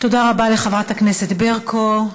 תודה רבה לחברת הכנסת ברקו.